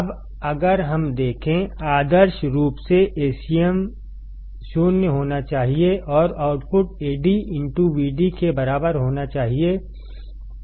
अब अगर हम देखेंआदर्श रूप से Acm0 होना चाहिए और आउटपुट Ad Vd केबराबर होना चाहिए